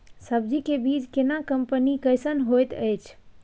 सब्जी के बीज केना कंपनी कैसन होयत अछि?